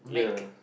ya